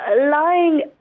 lying